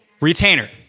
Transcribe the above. Retainer